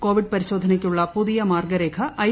Covid പരിശോധനയ്ക്കുള്ള പുതിയ മാർഗ്ഗരേഖ ഐ